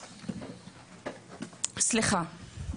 סליחה.